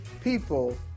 people